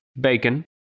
bacon